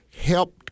helped